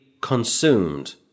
consumed